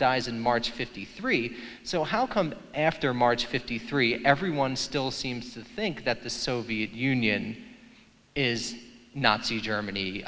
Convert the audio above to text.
dies in march of fifty three so how come after march fifty three everyone still seems to think that the soviet union is nazi germany